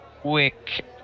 quick